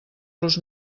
los